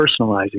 personalizing